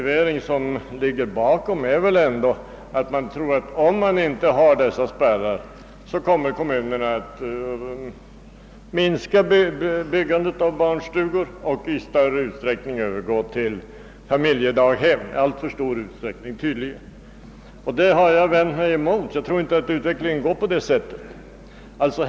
Vad som ligger bakom är väl ändå att man tror, att om man inte har dessa spärrar så kommer kommunerna att minska byggandet av barnstugor och övergå till familjedaghem — i alltför stor utsträckning tydligen. Detta har jag vänt mig emot; jag tror inte att utvecklingen kommer att bli sådan.